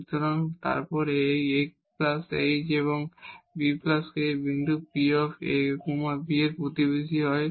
সুতরাং তারপর এই ah এবং bk এই বিন্দু P a b এর প্রতিবেশী হবে